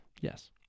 yes